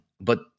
But-